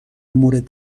مورد